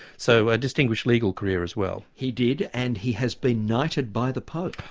so a distinguished legal career as well. he did, and he has been knighted by the pope.